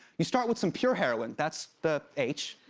you start with some pure heroin, that's the h,